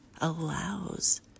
allows